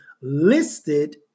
listed